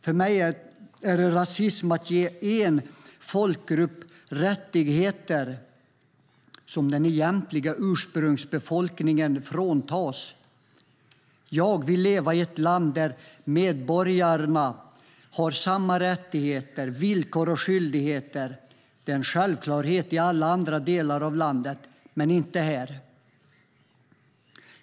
För mig är det rasism att ge en folkgrupp rättigheter som den egentliga ursprungsbefolkningen fråntas. Jag vill leva i ett land där alla medborgare har samma rättigheter, villkor och skyldigheter. Det är en självklarhet i alla andra delar av landet, men inte här.